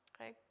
Okay